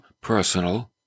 personal